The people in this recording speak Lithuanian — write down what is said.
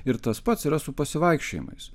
ir tas pats yra su pasivaikščiojimais